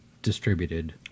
distributed